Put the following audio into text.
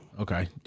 Okay